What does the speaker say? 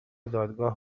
دادگاه